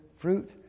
fruit